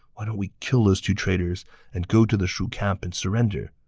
why we kill those two traitors and go to the shu camp and surrender?